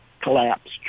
collapsed